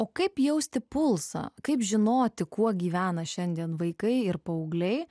o kaip jausti pulsą kaip žinoti kuo gyvena šiandien vaikai ir paaugliai